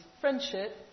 Friendship